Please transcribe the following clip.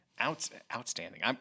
Outstanding